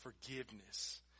forgiveness